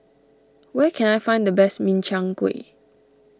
where can I find the best Min Chiang Kueh